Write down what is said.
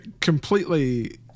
Completely